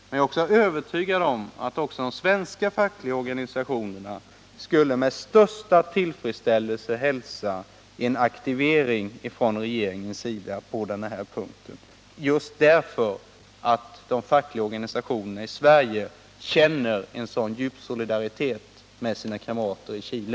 Men jag är också övertygad om att även de svenska fackliga organisationerna skulle med största tillfredsställelse hälsa en aktivering från regeringens sida på den här punkten just därför att de fackliga organisationerna i Sverige känner en djup solidaritet med sina kamrater i Chile.